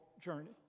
journey